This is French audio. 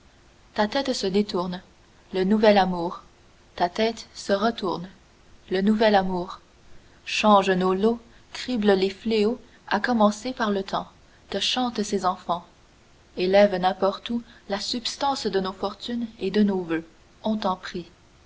ta tête se détourne le nouvel amour ta tête se retourne le nouvel amour change nos lots crible les fléaux à commencer par le temps te chantent ces enfants élève n'importe où la substance de nos fortunes et de nos voeux on t'en prie